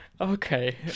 Okay